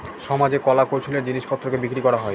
সমাজে কলা কৌশলের জিনিস পত্রকে বিক্রি করা হয়